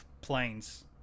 planes